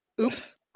Oops